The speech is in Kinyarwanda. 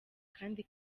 kandi